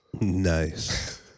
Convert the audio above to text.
Nice